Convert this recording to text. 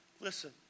Listen